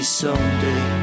someday